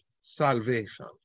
salvation